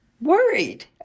Worried